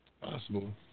Possible